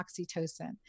oxytocin